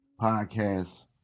podcast